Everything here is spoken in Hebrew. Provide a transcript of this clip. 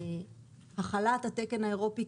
החלת התקן האירופי,